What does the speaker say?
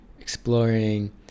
exploring